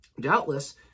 doubtless